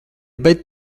bet